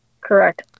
Correct